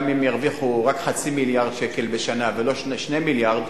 גם אם ירוויחו רק חצי מיליארד שקל בשנה ולא 2 מיליארד,